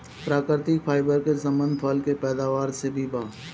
प्राकृतिक फाइबर के संबंध फल के पैदावार से भी बा